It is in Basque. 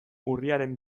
urriaren